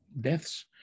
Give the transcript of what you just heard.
deaths